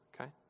Okay